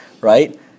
Right